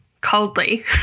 coldly